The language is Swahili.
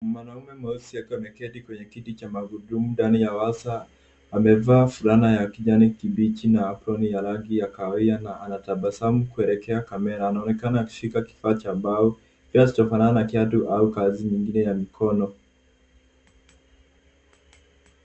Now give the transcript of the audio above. Mwanaume mweusi akiwa ameketi kwenye kiti cha magurudumu ndani ya warsha amevaa fulana ya kijani kibichi na aproni ya rangi ya kahawia na anatabasamu kuelekea kamera. Anaonekana kushika kifaa cha mbao kinachofanana na kiatu au kazi nyingine ya mikono.